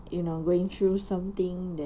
you know going through something that